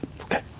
Okay